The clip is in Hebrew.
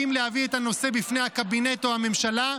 להביא את הנושא בפני הקבינט או הממשלה,